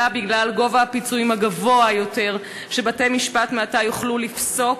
בגלל הפיצויים הגבוהים יותר שבתי-משפט מעתה יוכלו לפסוק,